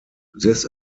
this